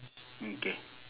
mm K